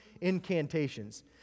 incantations